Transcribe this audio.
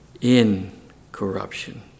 incorruption